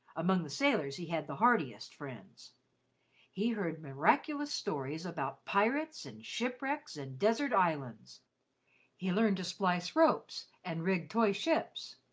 among the sailors he had the heartiest friends he heard miraculous stories about pirates and shipwrecks and desert islands he learned to splice ropes and rig toy ships,